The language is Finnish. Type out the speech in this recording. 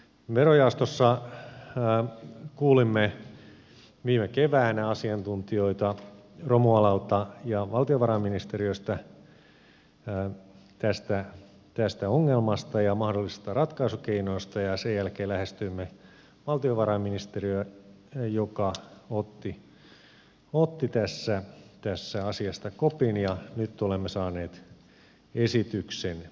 verojaostossa kuulimme viime keväänä asiantuntijoita romualalta ja valtiovarainministeriöstä tästä ongelmasta ja mahdollisista ratkaisukeinoista ja sen jälkeen lähestyimme valtiovarainministeriötä joka otti tästä asiasta kopin ja nyt olemme saaneet esityksen tänne